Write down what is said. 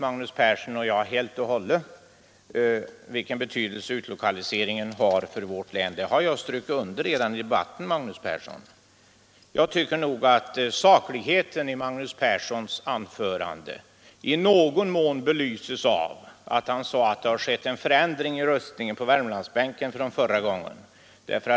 Magnus Persson och jag är helt ense om vilken betydelse utlokaliseringen har för vårt län. Det har jag redan understrukit i debatten. Sakligheten i Magnus Perssons anförande belyses i någon mån av att han sade att det har skett en förändring i röstningen på Värmlandsbänken sedan förra gången.